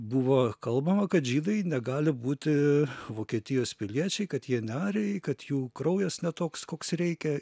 buvo kalbama kad žydai negali būti vokietijos piliečiai kad jie ne arijai kad jų kraujas ne toks koks reikia